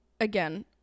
again